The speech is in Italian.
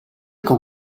con